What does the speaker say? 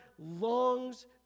Longs